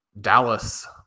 dallas